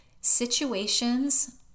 Situations